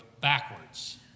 backwards